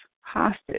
hostage